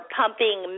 pumping